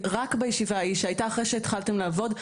שהייתה אחרי שהתחלתם לעבוד,